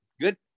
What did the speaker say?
good